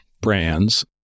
brands